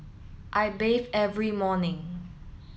I bathe every morning